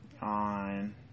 on